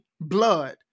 blood